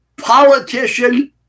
politician